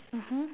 mmhmm